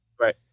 Right